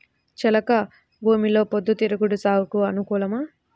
చెలక భూమిలో పొద్దు తిరుగుడు సాగుకు అనుకూలమా?